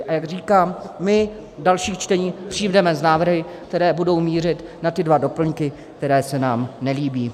A jak říkám, my v dalších čteních přijdeme s návrhy, které budou mířit na ty dva doplňky, které se nám nelíbí.